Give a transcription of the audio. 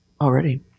already